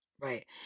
Right